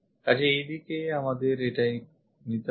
কাজেই এই দিকে আমাদের এটাই নিতে হবে